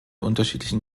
unterschiedlichen